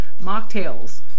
Mocktails